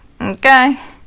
okay